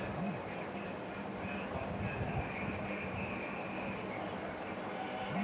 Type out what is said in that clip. అరటి పువ్వు అత్యుత్తమ ఔషధ గుణాలను కలిగి ఉంటుంది